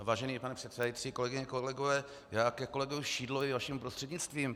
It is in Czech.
Vážený pane předsedající, kolegyně, kolegové, já ke kolegu Šidlovi vaším prostřednictvím.